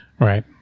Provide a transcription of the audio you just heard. Right